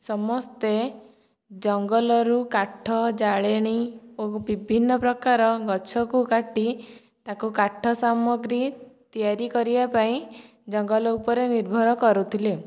ସମସ୍ତେ ଜଙ୍ଗଲରୁ କାଠ ଜାଳେଣି ଓ ବିଭିନ୍ନ ପ୍ରକାର ଗଛକୁ କାଟି ତାକୁ କାଠ ସାମଗ୍ରୀ ତିଆରି କରିବା ପାଇଁ ଜଙ୍ଗଲ ଉପରେ ନିର୍ଭର କରୁଥିଲେ